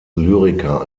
lyriker